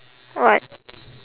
what